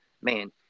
man